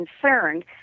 concerned